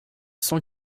cent